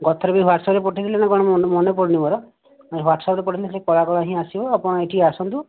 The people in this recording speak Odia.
ଗତଥର ବି ହ୍ୱାଟସପ୍ ରେ ପଠେଇଥିଲେ ନାଁ କଣ ମନେପଡ଼ୁନି ମୋର ହ୍ୱାଟସପ୍ ରେ ପଠେଇଲେ ସେଇ କଳା କଳା ହିଁ ଆସିବ ଆପଣ ଏଠିକି ଆସନ୍ତୁ